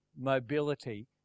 mobility